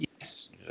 Yes